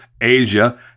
Asia